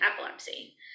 epilepsy